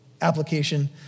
application